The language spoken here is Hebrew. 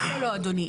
לא, לא אדוני.